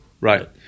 Right